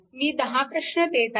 मी 10 प्रश्न देत आहे